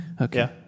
Okay